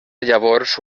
llavors